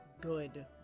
good